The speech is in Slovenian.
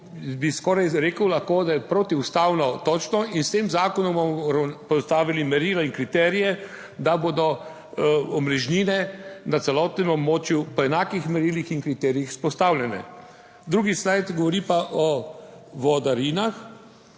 – 13.05 (Nadaljevanje) protiustavno točno in s tem zakonom bomo postavili merila in kriterije, da bodo omrežnine na celotnem območju po enakih merilih in kriterijih vzpostavljene. Drugi slajd, govori pa o vodarinah.